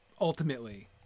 ultimately